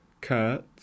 Kurt